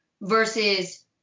versus